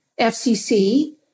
FCC